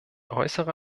äußere